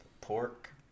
Pork